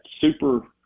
super